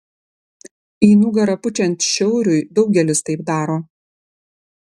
į nugarą pučiant šiauriui daugelis taip daro